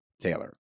Taylor